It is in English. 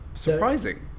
surprising